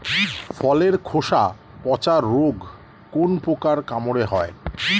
ফলের খোসা পচা রোগ কোন পোকার কামড়ে হয়?